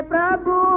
Prabhu